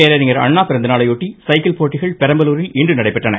பேரறிஞர் அண்ணா பிறந்தநாளையொட்டி சைக்கிள் போட்டிகள் பெரம்பலூரில் இன்று நடைபெற்றன